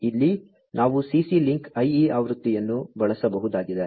ಇಲ್ಲಿ ನಾವು CC link IE ಆವೃತ್ತಿಯನ್ನು ಬಳಸಬಹುದಾಗಿದೆ